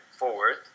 forward